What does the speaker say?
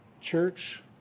Church